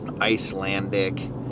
Icelandic